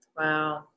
Wow